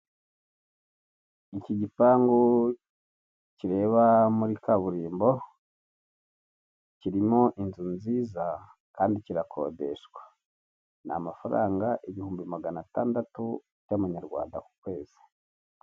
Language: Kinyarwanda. Iki gipangu kireba muri kaburimbo kirimo inzu nziza kandi kirakodeshwa, ni amafaranga ibihumbi magana atandatu by'amanyarwanda ku kwezi.